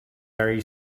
very